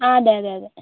ആ അതേ അതേ അതേ